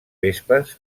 vespes